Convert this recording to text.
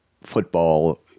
football